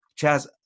Chaz